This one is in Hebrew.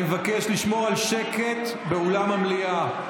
אני מבקש לשמור על שקט באולם המליאה.